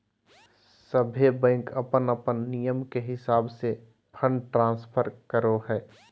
सभे बैंक अपन अपन नियम के हिसाब से फंड ट्रांस्फर करो हय